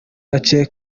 gace